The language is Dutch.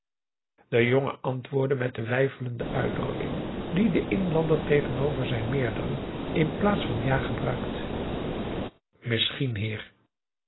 de jongen antwoordde met de weifelende uitdrukking die de inlander tegenover zijn meerderen in plaats van ja gebruikt misschien heer